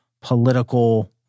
political